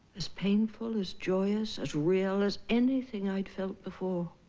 as painful as joyous as real as anything i'd felt before.